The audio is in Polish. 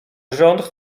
rząd